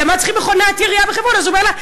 לְמה צריכים מכונת ירייה בחברון?" אז הוא אומר לה: